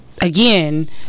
again